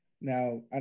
Now